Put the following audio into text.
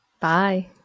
Bye